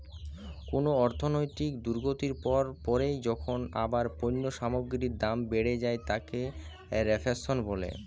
কুনো অর্থনৈতিক দুর্গতির পর পরই যখন আবার পণ্য সামগ্রীর দাম বেড়ে যায় তাকে রেফ্ল্যাশন বলে